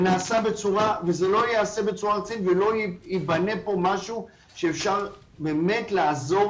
וזה לא ייעשה בצורה ארצית ולא ייבנה פה משהו שאפשר באמת לעזור